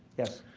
yes.